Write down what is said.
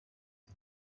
and